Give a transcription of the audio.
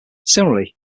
similarly